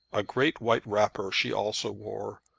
a great white wrapper she also wore,